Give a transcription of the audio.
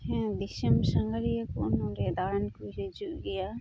ᱦᱮᱸ ᱫᱤᱥᱟᱹᱢ ᱥᱟᱸᱜᱷᱟᱨᱤᱭᱟᱹᱠᱚ ᱱᱚᱸᱰᱮ ᱫᱟᱬᱟᱱ ᱠᱚ ᱦᱤᱡᱩᱜ ᱜᱮᱭᱟ